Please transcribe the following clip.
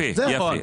יפה.